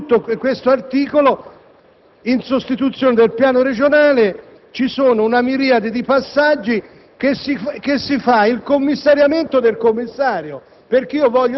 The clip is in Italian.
In sostituzione del piano regionale si commissaria la Regione, poi si scrive però che si deve sentire il commissario per la bonifica.